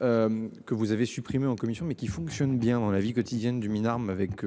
Que vous avez supprimé en commission mais qui fonctionne bien dans la vie quotidienne du MIN armes avec.